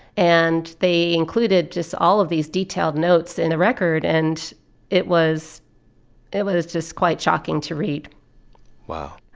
and they included just all of these detailed notes in the record. and it was it was just quite shocking to read wow